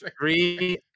Three